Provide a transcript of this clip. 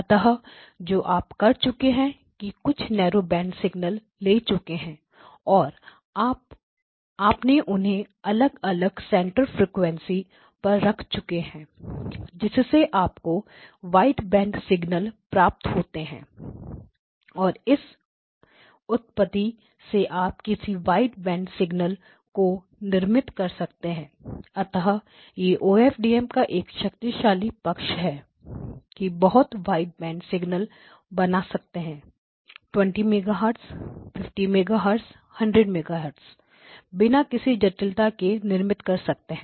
अतः जो आप कर चुके हैं कि कुछ नेरो बैंड सिग्नल ले चुके हैं और आपने उन्हें अलग अलग सेंटर फ्रीक्वेंसीइस पर रख चुके हैं जिससे आपको वाइड बैंड सिग्नल प्राप्त होते हैं और इस पद्धति से आप किसी वाइड बैंड सिग्नल को निर्मित कर सकते हैं अतः यह ओएमडीएम OFDM का एक शक्तिशाली पक्ष है कि बहुत वाइड बैंड सिग्नल बना सकते हैं 20 MHz 50 MHz 100 MHz बिना किसी जटिलता के निर्मित कर सकते हैं